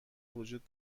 وجود